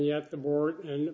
yet the board and